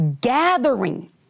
gathering